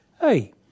Hey